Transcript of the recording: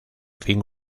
fin